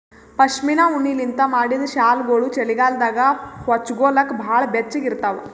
ಪಶ್ಮಿನಾ ಉಣ್ಣಿಲಿಂತ್ ಮಾಡಿದ್ದ್ ಶಾಲ್ಗೊಳು ಚಳಿಗಾಲದಾಗ ಹೊಚ್ಗೋಲಕ್ ಭಾಳ್ ಬೆಚ್ಚಗ ಇರ್ತಾವ